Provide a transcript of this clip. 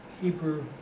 Hebrew